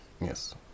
Yes